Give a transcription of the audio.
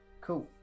Cool